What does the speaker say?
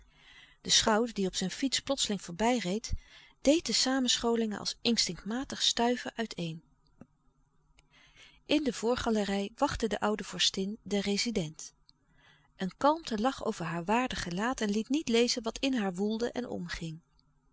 de schout die op zijn fiets plotseling voorbijreed deed de samenscholingen als instinctmatig stuiven uiteen n de voorgalerij wachtte de oude vorstin den rezident een kalmte lag over haar waardig gelaat en liet niet lezen wat in haar woelde en omging